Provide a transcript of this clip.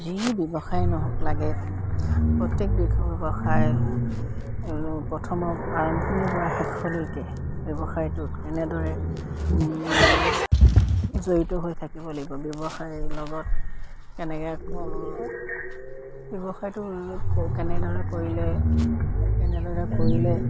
যি ব্যৱসায় নহওক লাগে প্ৰত্যেক ব্যৱসায় প্ৰথমৰ আৰম্ভণিৰ পৰা শেষলৈকে ব্যৱসায়টোত কেনেদৰে জড়িত হৈ থাকিব লাগিব ব্যৱসায়ৰ লগত কেনেকে ব্যৱসায়টো কেনেদৰে কৰিলে কেনেদৰে কৰিলে